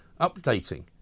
updating